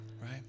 right